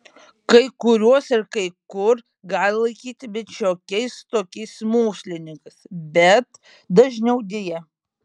kai kuriuos ir kai kur gali laikyti bent šiokiais tokiais mokslininkais bet dažniau deja